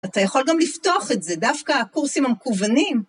אתה יכול גם לפתוח את זה, דווקא הקורסים המקוונים.